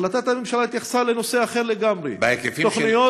החלטת הממשלה התייחסה לנושא אחר לגמרי: תוכניות,